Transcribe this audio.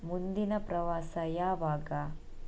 ಮುಂದಿನ ಪ್ರವಾಸ ಯಾವಾಗ